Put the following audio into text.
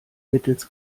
mittels